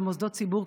במוסדות ציבור,